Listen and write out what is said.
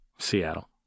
Seattle